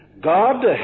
God